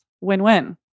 win-win